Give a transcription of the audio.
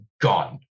gone